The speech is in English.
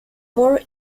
more